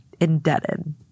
indebted